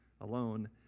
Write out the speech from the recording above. alone